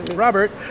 robert